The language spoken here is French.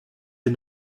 est